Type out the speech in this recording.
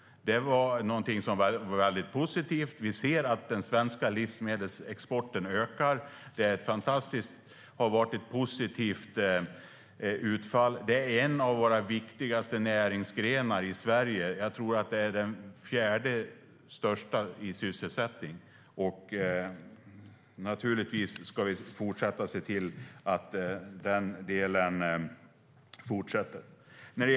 Matlandet var väldigt positivt. Vi ser att den svenska livsmedelsexporten ökar. Det har varit ett fantastiskt positivt utfall. Det är en av våra viktigaste näringsgrenar i Sverige. Jag tror att det är den fjärde största när det gäller sysselsättning. Naturligtvis ska vi se till att detta kan fortgå.